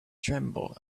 tremble